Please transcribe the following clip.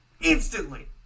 Instantly